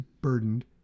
burdened